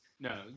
No